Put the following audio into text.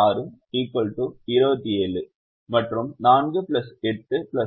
6 27 மற்றும் 4 8 5 7